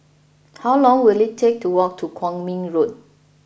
how long will it take to walk to Kwong Min Road